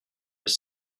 elle